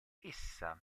essa